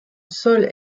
sol